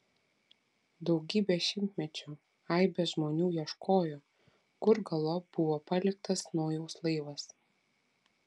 daugybę šimtmečių aibės žmonių ieškojo kur galop buvo paliktas nojaus laivas